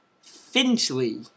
Finchley